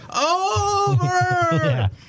Over